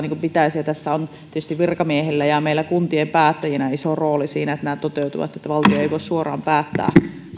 kuin pitäisi ja tässä on tietysti virkamiehillä ja meillä kuntien päättäjillä iso rooli siinä että nämä toteutuvat valtio ei voi suoraan päättää tavallaan näistä